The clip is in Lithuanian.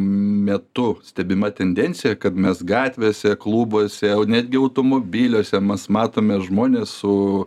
metu stebima tendencija kad mes gatvėse klubuose jau netgi automobiliuose mas matomi žmones su